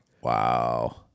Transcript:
wow